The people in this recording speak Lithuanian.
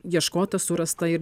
ieškota surasta ir